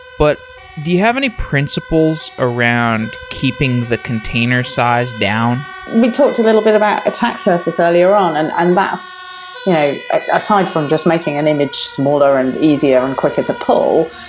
but do you have any principles around keeping the container size down? we talked a little bit about attack surface earlier on, and and that you know ah aside from just making an image smaller and easier and quicker to pull,